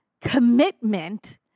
commitment